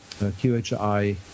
QHI